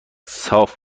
صاف